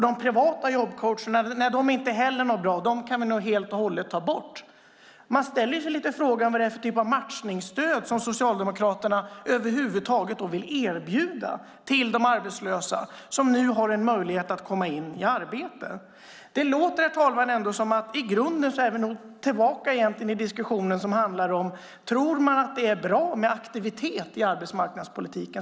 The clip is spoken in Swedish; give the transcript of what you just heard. De privata jobbcoacherna är inte heller bra. Dem kan vi nog ta bort helt och hållet. Man ställer sig lite frågande till vad det är för typ av matchningsstöd som Socialdemokraterna vill erbjuda de arbetslösa som nu har en möjlighet att komma in i arbete. Det låter, herr talman, som att vi i grunden är tillbaka i en diskussion som handlar om följande: Tror vi att det är bra med aktivitet i arbetsmarknadspolitiken?